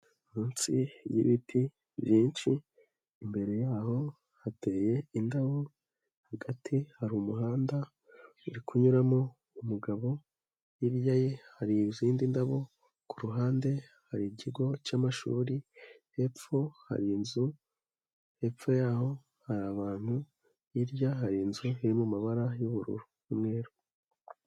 Munsi y'ibiti byinshi, imbere yaho hateye indabo, hagati hari umuhanda uri kunyuramo umugabo, hirya ye hari izindi ndabo, ku ruhande hari ikigo cy'amashuri, hepfo hari inzu, hepfo yaho hari abantu, hirya hari inzu iri mu mabara y'ubururu n'umweru.